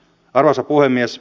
arvoisa puhemies